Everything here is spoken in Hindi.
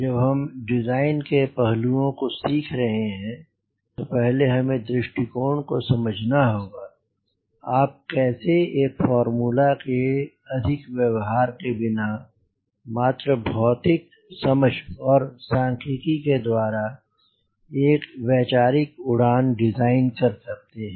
जब हम डिज़ाइन के पहलूओं को सीख रहे हैं तो पहले हमें दृष्टिकोण को समझना होगा आप कैसे एक फार्मूला के अधिक व्यवहार के बिना मात्र भौतिक समझ और सांख्यिकी के द्वारा एक वैचारिक डिज़ाइन कर सकते हैं